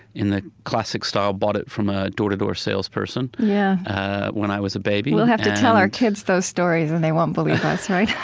in the classic style, bought it from a door-to-door salesperson yeah ah when i was a baby we'll have to tell our kids those stories, and they won't believe us, right?